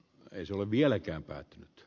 ei se ole vieläkään olut